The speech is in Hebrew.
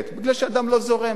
בגלל שהדם לא זורם,